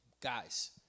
Guys